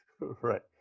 Right